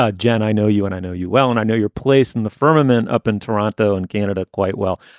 ah jan, i know you and i know you well and i know your place in the firmament up in toronto and canada quite well.